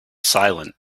silent